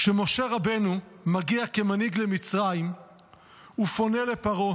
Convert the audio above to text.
כשמשה רבנו מגיע כמנהיג למצרים ופונה לפרעה